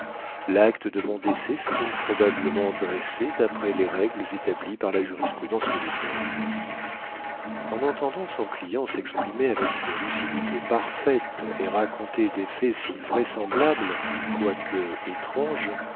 l'acte de mon décès fut donc probablement dressé d'après les règles établies par la jurisprudence militaire en entendant son client s'exprimer avec une lucidité parfaite et raconter des faits si vraisemblables quoique étranges